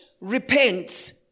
repent